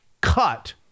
cut